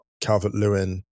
Calvert-Lewin